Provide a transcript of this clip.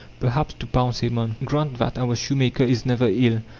perhaps two pounds a month. grant that our shoemaker is never ill,